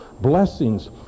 Blessings